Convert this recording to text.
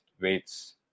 weights